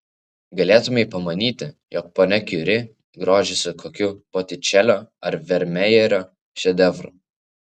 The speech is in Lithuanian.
galėtumei pamanyti jog ponia kiuri grožisi kokiu botičelio ar vermejerio šedevru